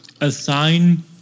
assign